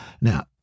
Now